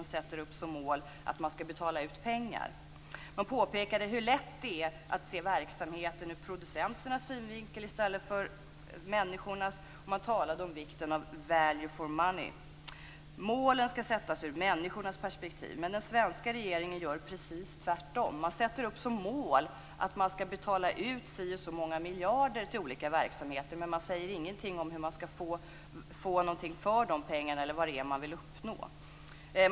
Man påpekade hur lätt det här att se verksamheten ur producenternas synvinkel i stället för ur människornas, och man talade om vikten av value for money. Målen skall sättas ur människornas perspektiv. Men den svenska regeringen gör precis tvärtom. Man sätter upp som mål att man skall betala ut si och så många miljarder till olika verksamheter, men man säger ingenting om hur man skall få något för dessa pengar eller om vad det är man vill uppnå.